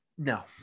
no